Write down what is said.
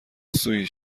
سویت